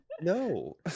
No